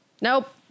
nope